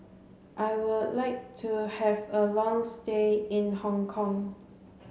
I would like to have a long stay in Hong Kong